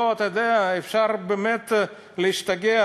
אפשר באמת להשתגע.